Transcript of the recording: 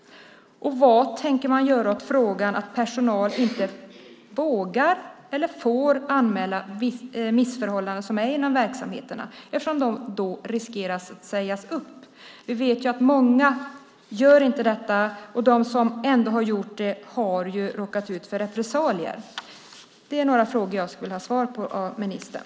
Vad tänker ni göra åt frågan att personal inte vågar eller får anmäla missförhållanden inom verksamheterna eftersom de då riskerar att sägas upp? Vi vet att många inte gör detta, och de som ändå har gjort det har råkat ut för repressalier. Det är några frågor som jag skulle vilja ha svar på av ministern.